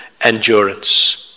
endurance